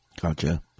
Gotcha